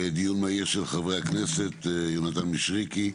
דיון מהיר של חברי הכנסת יונתן מישרקי,